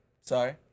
Sorry